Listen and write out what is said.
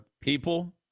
people